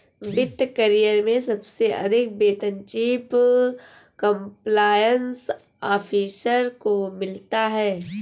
वित्त करियर में सबसे अधिक वेतन चीफ कंप्लायंस ऑफिसर को मिलता है